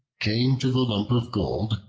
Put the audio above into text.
came to the lump of gold,